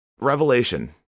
Revelation